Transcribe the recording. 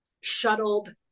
shuttled